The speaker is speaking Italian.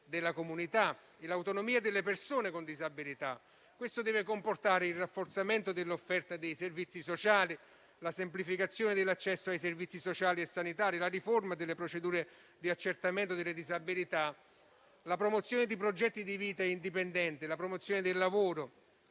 della comunità per un'autonomia delle persone con disabilità. Ciò deve comportare il rafforzamento dell'offerta dei servizi sociali; la semplificazione dell'accesso ai servizi sociali e sanitari; la riforma delle procedure di accertamento delle disabilità; la promozione di progetti di vita indipendente; la promozione del lavoro